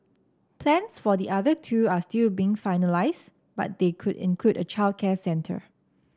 plans for the other two are still being finalised but they could include a childcare centre